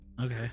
okay